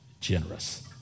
generous